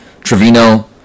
Trevino